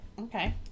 okay